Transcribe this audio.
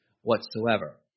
whatsoever